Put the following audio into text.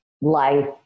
life